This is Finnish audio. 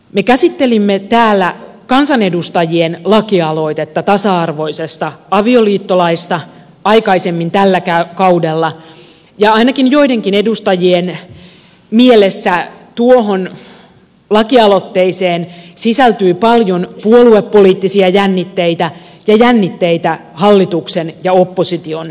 me käsittelimme täällä kansanedustajien lakialoitetta tasa arvoisesta avioliittolaista aikaisemmin tällä kaudella ja ainakin joidenkin edustajien mielessä tuohon lakialoitteeseen sisältyi paljon puoluepoliittisia jännitteitä ja jännitteitä hallituksen ja opposition välillä